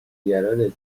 نگرانت